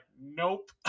nope